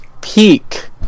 peak